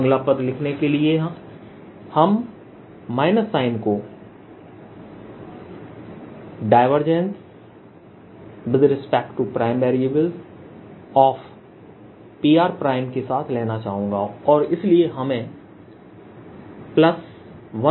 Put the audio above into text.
अगला पद लिखने के लिए इस माइनस साइन को Pr के साथ लेना चाहूंगा और इसलिए हमें14π0 Pr